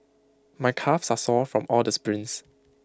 my calves are sore from all the sprints